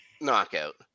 knockout